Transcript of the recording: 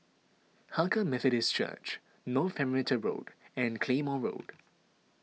Hakka Methodist Church North Perimeter Road and Claymore Road